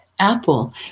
apple